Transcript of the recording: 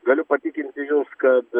galiu patikinti jus kad